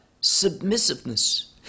submissiveness